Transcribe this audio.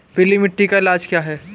पीली मिट्टी का इलाज क्या है?